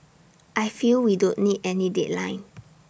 I feel we don't need any deadline